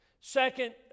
Second